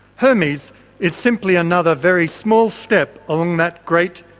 hermes is simply another very small step along that great,